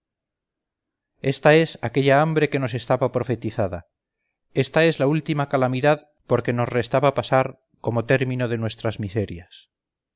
esta es aquella hambre que nos estaba profetizada esta es la última calamidad por que nos restaba pasar como término de nuestras miserias